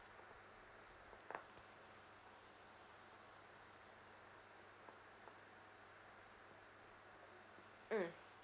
mm